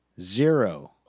Zero